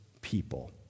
people